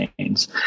chains